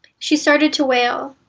she started to wail.